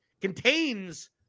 contains